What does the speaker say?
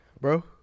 bro